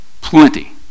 plenty